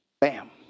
Bam